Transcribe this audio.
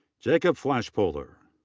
jacob flaspohler.